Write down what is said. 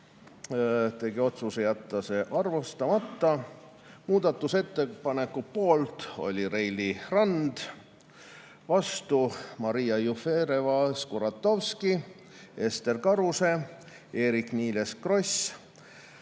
tegi otsuse jätta see arvestamata. Muudatusettepaneku poolt oli Reili Rand, vastu olid Maria Jufereva-Skuratovski, Ester Karuse, Eerik-Niiles Kross,